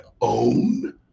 own